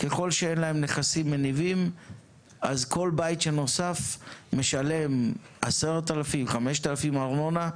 ככל שאין להם נכסים מניבים אז כל בית נוסף משלם 10,000 או 5,000 ארנונה,